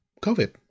COVID